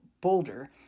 Boulder